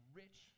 rich